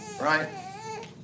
right